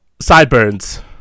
sideburns